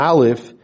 Aleph